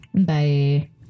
Bye